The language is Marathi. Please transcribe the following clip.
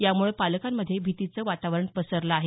यामुळे पालकांमध्ये भीतीचं वातावरण पसरलं आहे